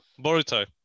boruto